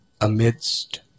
amidst